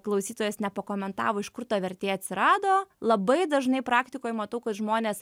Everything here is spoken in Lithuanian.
klausytojas nepakomentavo iš kur ta vertė atsirado labai dažnai praktikoj matau kad žmonės